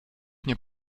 nie